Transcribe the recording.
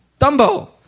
Dumbo